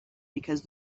because